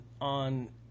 on